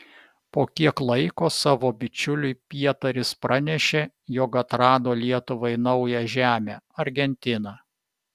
po kiek laiko savo bičiuliui pietaris pranešė jog atrado lietuvai naują žemę argentiną